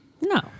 No